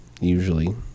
usually